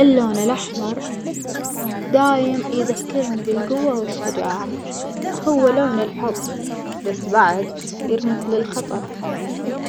اللون الأحمر دايم يذكرني بالجوة والشجاعة، هو لون الحب بسبعد يرمز للخطر